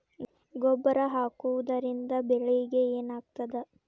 ಗೊಬ್ಬರ ಹಾಕುವುದರಿಂದ ಬೆಳಿಗ ಏನಾಗ್ತದ?